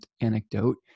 anecdote